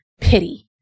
Pity